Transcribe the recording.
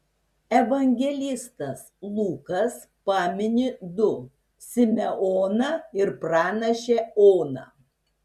evangelistas lukas pamini du simeoną ir pranašę oną